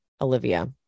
Olivia